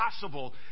possible